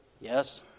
Yes